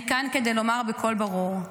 אני כאן כדי לומר בקול ברור: